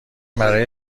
برای